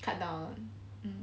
cut down mm